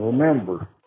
Remember